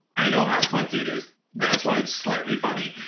i know how clunky it is, that's why it's slightly funny.